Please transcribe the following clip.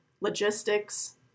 logistics